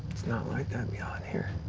it's not like that beyond here.